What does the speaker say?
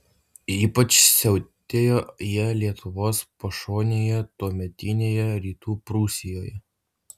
ypač siautėjo jie lietuvos pašonėje tuometinėje rytų prūsijoje